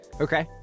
Okay